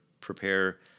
prepare